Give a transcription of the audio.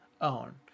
own